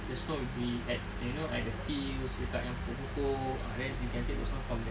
the snow will be at you know at the fields dekat yang pokok-pokok ah then you can take the snow from there